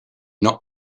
not